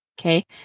okay